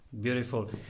Beautiful